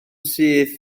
syth